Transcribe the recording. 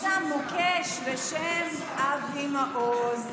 הוא שם מוקש בשם אבי מעוז.